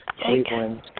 Cleveland